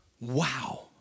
Wow